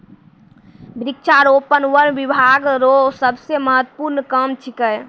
वृक्षारोपण वन बिभाग रो सबसे महत्वपूर्ण काम छिकै